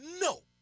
No